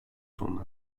sonuna